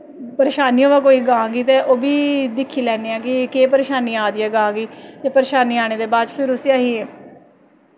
परेशानी होऐ कोई गांऽ गी ते ओह् बी दिक्खी लैन्ने आं कि केह् परेशानी आ दी ऐ गांऽ गी ते परेशानी आने दे बाद फिर उसी अहीं